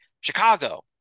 Chicago